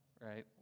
right